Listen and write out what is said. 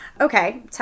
Okay